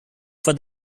for